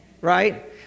right